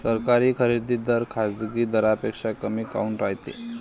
सरकारी खरेदी दर खाजगी दरापेक्षा कमी काऊन रायते?